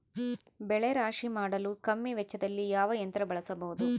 ಬೆಳೆ ರಾಶಿ ಮಾಡಲು ಕಮ್ಮಿ ವೆಚ್ಚದಲ್ಲಿ ಯಾವ ಯಂತ್ರ ಬಳಸಬಹುದು?